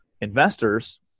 investors